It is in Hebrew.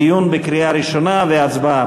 דיון בקריאה ראשונה והצבעה.